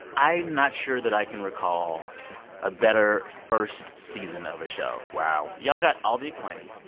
i'm not sure that i can recall a better first season of a show wow y'all got all the acclaim,